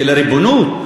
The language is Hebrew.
של הריבונות?